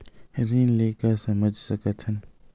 ऋण ले का समझ सकत हन?